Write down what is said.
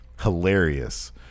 hilarious